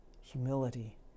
humility